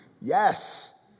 Yes